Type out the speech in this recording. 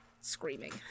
screaming